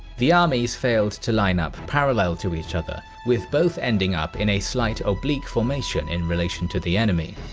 the armies failed to line-up parallel to each other, with both ending up in a slight oblique formation in relation to the enemy.